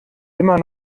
immer